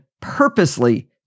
purposely